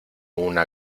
una